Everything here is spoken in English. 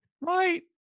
Right